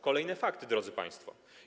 Kolejne fakty, drodzy państwo.